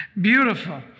Beautiful